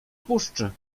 puszczy